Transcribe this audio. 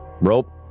rope